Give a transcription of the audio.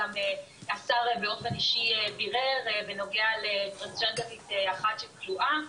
השר באופן אישי בירר בנוגע לפרשת אחת שכלואה,